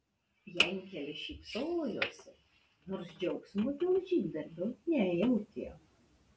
jankelis šypsojosi nors džiaugsmo dėl žygdarbio nejautė